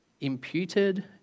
imputed